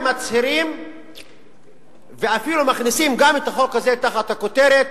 הם מצהירים ואפילו מכניסים גם את החוק הזה תחת הכותרת: